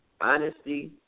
honesty